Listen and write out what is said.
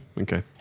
Okay